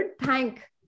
thank